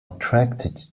attracted